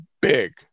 Big